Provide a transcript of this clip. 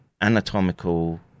anatomical